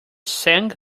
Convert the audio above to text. sank